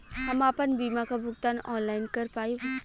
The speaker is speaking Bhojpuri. हम आपन बीमा क भुगतान ऑनलाइन कर पाईब?